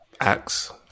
acts